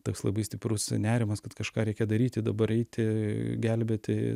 toks labai stiprus nerimas kad kažką reikia daryti dabar eiti gelbėti